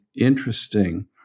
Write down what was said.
interesting